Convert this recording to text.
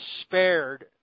spared